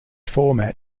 format